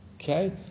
Okay